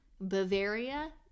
Bavaria